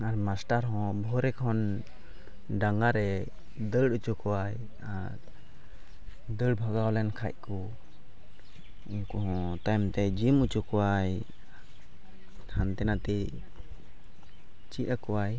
ᱟᱨ ᱦᱚᱸ ᱵᱷᱳᱨᱮ ᱠᱷᱚᱱ ᱰᱟᱸᱜᱟ ᱨᱮ ᱫᱟᱹᱲ ᱦᱚᱪᱚ ᱠᱚᱣᱟᱭ ᱟᱨ ᱫᱟᱹᱲ ᱵᱷᱟᱜᱟᱣ ᱞᱮᱱ ᱠᱷᱟᱡ ᱠᱚ ᱩᱱᱠᱩ ᱦᱚᱸ ᱛᱟᱭᱚᱢᱛᱮ ᱦᱚᱪᱚ ᱠᱚᱣᱟᱭ ᱦᱟᱱᱛᱮᱼᱱᱷᱟᱛᱮᱭ ᱪᱮᱫ ᱟᱠᱚᱣᱟᱭ